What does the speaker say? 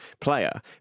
player